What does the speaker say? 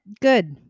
Good